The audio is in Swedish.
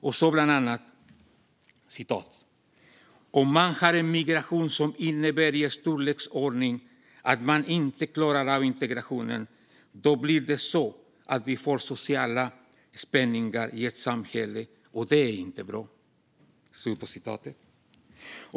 Han sa bland annat: Om man har en migration som innebär i storleksordning att man inte klarar av integrationen då blir det så att vi får sociala spänningar i ett samhälle, och det är inte bra.